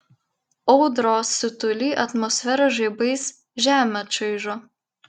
audros siutuly atmosfera žaibais žemę čaižo